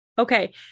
Okay